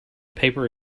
paper